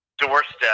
doorstep